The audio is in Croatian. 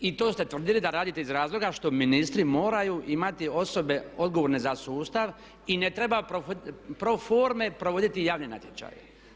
I to ste tvrdili da radite iz razloga što ministri moraju imati osobe odgovorne za sustav i ne treba pro forme provoditi javne natječaje.